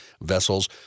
vessels